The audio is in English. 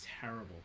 terrible